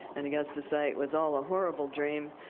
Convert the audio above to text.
and he gets to say, it was all a horrible dream.